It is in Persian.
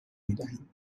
میدهیم